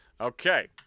Okay